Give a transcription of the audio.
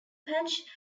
patch